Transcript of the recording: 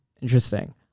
interesting